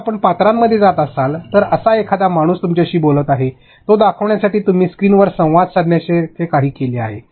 जर आपण पात्रांमध्ये जात असाल तर एक असा एखादा माणूस तुमच्याशी बोलत आहे तो दाखवण्यासाठी तुम्ही स्क्रीनवर संवाद साधण्यासारखे काही केले आहे